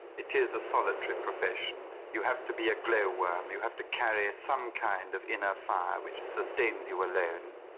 it is a solitary profession. you have to be a glow-worm, you have to carry some kind of inner fire which sustains you alone.